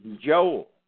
Joel